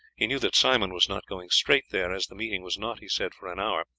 he knew that simon was not going straight there, as the meeting was not, he said, for an hour,